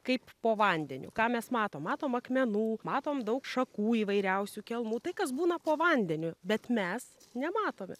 kaip po vandeniu ką mes matom matom akmenų matom daug šakų įvairiausių kelmų tai kas būna po vandeniu bet mes nematome